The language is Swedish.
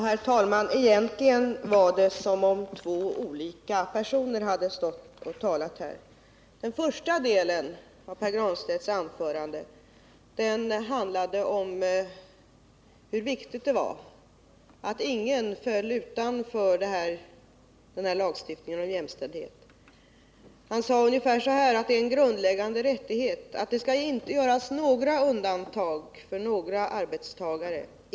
Herr talman! Egentligen var det som om två olika personer hade stått och talat här. Den första delen av Pär Granstedts anförande handlade om hur viktigt det är att ingen faller utanför den här lagstiftningen om jämställdhet. Pär Granstedt sade ungefär att det är en grundläggande rättighet och att det inte skall göras undantag för några arbetstagare.